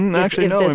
and actually, no.